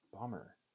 Bummer